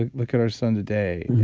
ah look at our son today.